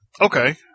Okay